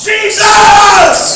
Jesus